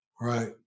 right